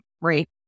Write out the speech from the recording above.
right